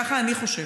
ככה אני חושבת.